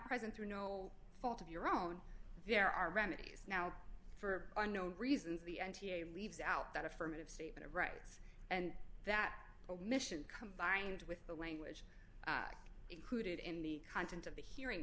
present through no fault of your own there are remedies now for unknown reasons the n t a leaves out that affirmative statement of rights and that omission combined with the language included in the content of the hearing